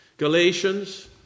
Galatians